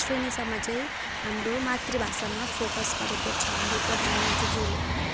श्रेणीसम्म चाहिँ हाम्रो मातृभाषामा फोकस गरेको छ हाम्रो प्रधानमन्त्रीज्यूले